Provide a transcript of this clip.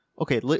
Okay